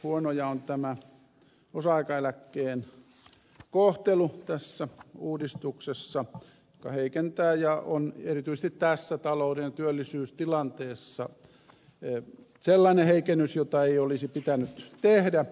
huonoja on tämä osa aikaeläkkeen kohtelu tässä uudistuksessa joka heikentää ja on erityisesti tässä talouden ja työllisyystilanteessa sellainen heikennys jota ei olisi pitänyt tehdä